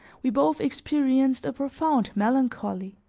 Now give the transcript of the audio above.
we both experienced a profound melancholy.